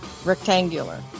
Rectangular